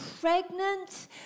pregnant